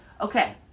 okay